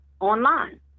online